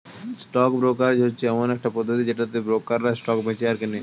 stock brokerage হচ্ছে এমন একটা পদ্ধতি যেটাতে ব্রোকাররা স্টক বেঁচে আর কেনে